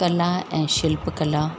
कला ऐं शिल्प कला